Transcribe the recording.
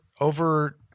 over